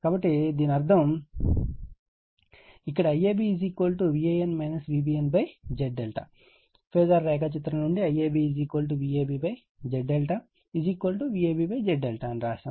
కాబట్టి దీని అర్థం ఇక్కడ ఈ IABVan VbnZ ను ఫేజర్ రేఖాచిత్రం నుండి IABVabZVABZ అని వ్రాయవచ్చు